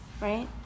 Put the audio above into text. right